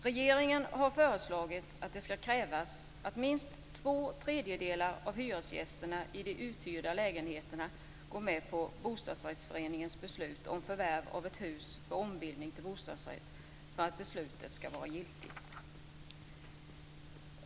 Regeringen har föreslagit att det skall krävas att minst två tredjedelar av hyresgästerna i de uthyrda lägenheterna går med på bostadsrättsföreningens beslut om förvärv av ett hus för ombildning till bostadsrätt för att beslutet skall vara giltigt.